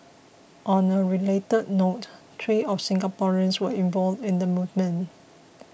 on a related note three of Singaporeans were involved in the movement